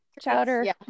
chowder